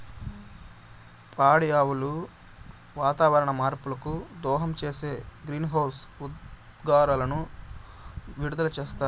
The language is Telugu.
పాడి ఆవులు వాతావరణ మార్పులకు దోహదం చేసే గ్రీన్హౌస్ ఉద్గారాలను విడుదల చేస్తాయి